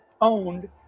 owned